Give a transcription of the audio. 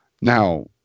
Now